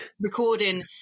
Recording